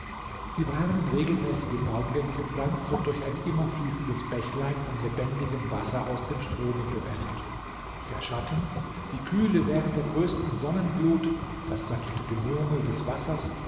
sie waren in regelmäßige baumgänge gepflanzt und durch ein immer fließendes bächlein von lebendigem wasser aus dem strome bewässert der schatten die kühle während der größten sonnenglut das sanfte gemurmel des wassers